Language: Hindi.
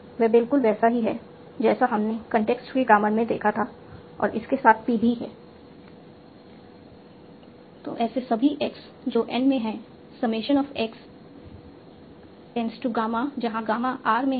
वे बिल्कुल वैसा ही हैं जैसा हमने context free ग्रामर में देखा था और इसके साथ P भी है